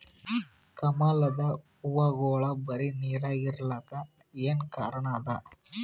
ಕಮಲದ ಹೂವಾಗೋಳ ಬರೀ ನೀರಾಗ ಇರಲಾಕ ಏನ ಕಾರಣ ಅದಾ?